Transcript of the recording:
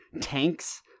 tanks